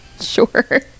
sure